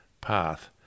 path